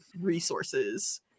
resources